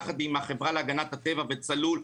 יחד עם החברה להגנת הטבע וצלול,